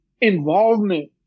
involvement